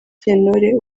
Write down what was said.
sentore